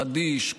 חדיש,